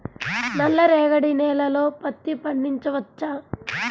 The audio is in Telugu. నల్ల రేగడి నేలలో పత్తి పండించవచ్చా?